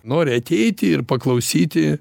nori ateiti ir paklausyti